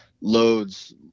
loads